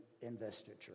investiture